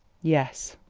yes,